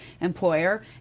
employer